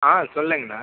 ஆ சொல்லுங்கண்ணா